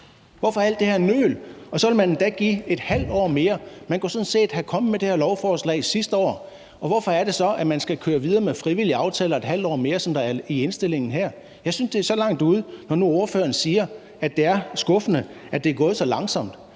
er der alt det her nøl? Og så vil man endda give et halvt år mere. Man kunne sådan set være kommet med det her lovforslag sidste år. Hvorfor er det så, at man skal køre videre med frivillige aftaler et halvt år mere, som der er i indstillingen her? Jeg synes, det er så langt ude, når nu ordføreren siger, at det er skuffende, at det er gået så langsomt.